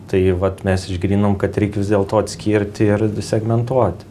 tai vat mes išgryninom kad reik vis dėlto atskirt ir segmentuoti